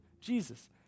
Jesus